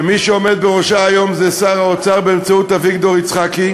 שמי שעומד בראשה זה שר האוצר באמצעות אביגדור יצחקי.